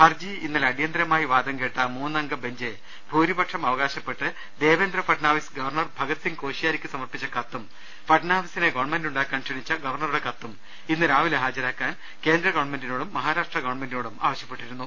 ഹർജി ഇന്നലെ അടിയന്തരമായി വാദം കേട്ട മൂന്നംഗ ബഞ്ച് ഭൂരിപക്ഷം അവകാശപ്പെട്ട് ദേവേന്ദ്ര ഫഡ്നാവിസ് ഗവർണർ ഭഗത് സിംഗ് കോഷിയാരിക്ക് സമർപ്പിച്ച കത്തും ഫഡ്നാവിസിനെ ഗവൺമെന്റുണ്ടാ ക്കാൻ ക്ഷണിച്ച ഗവർണറുടെ കത്തും ഇന്ന് രാവിലെ ഹാജരാക്കാൻ കേന്ദ്ര ഗവൺമെന്റിനോടും മഹാരാഷ്ട്ര ഗവൺമെന്റിനോടും ആവശ്യപ്പെട്ടിരുന്നു